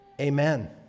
Amen